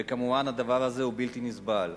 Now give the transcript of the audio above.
וכמובן הדבר הזה הוא בלתי נסבל.